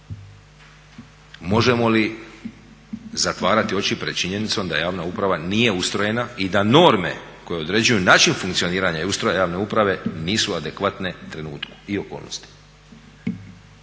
Možemo li zatvarati oči pred činjenicom da javna uprava nije ustrojena i da norme koje određuju način funkcioniranja i ustroj javne uprave nisu adekvatne trenutku i okolnostima?